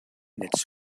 its